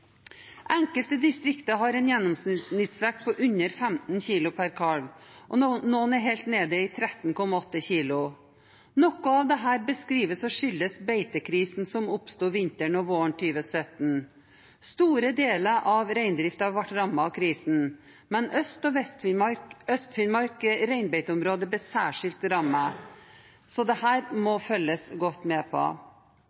Enkelte distrikter har en gjennomsnittsvekt på under 15 kilo per kalv, og noen er helt nede i 13,8 kilo. Det blir beskrevet at noe av dette skyldes beitekrisen som oppsto vinteren og våren 2017. Store deler av reindriften ble rammet av krisen, men Øst-Finnmark reinbeiteområde ble særskilt rammet. Så dette må det